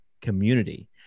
community